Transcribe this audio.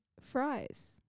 fries